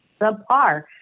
subpar